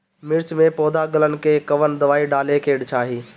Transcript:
मिर्च मे पौध गलन के कवन दवाई डाले के चाही?